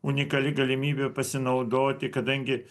unikali galimybė pasinaudoti kadangi